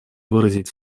выразить